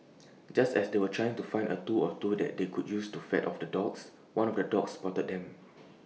just as they were trying to find A tool or two that they could use to fend off the dogs one of the dogs spotted them